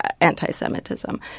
anti-Semitism